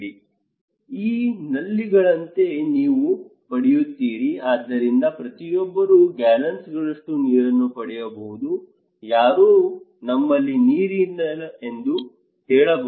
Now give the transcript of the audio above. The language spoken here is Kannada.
ಈ ನಲ್ಲಿಗಳಂತೆ ನೀವು ಪಡೆಯುತ್ತೀರಿ ಆದ್ದರಿಂದ ಪ್ರತಿಯೊಬ್ಬರೂ ಗ್ಯಾಲನ್ಗಳಷ್ಟು ನೀರನ್ನು ಪಡೆಯಬಹುದು ಯಾರು ನಮ್ಮಲ್ಲಿ ನೀರಿಲ್ಲ ಎಂದು ಹೇಳಬಹುದು